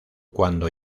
cuando